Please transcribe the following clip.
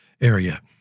area